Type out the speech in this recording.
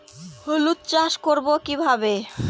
হলুদ চাষ করব কিভাবে?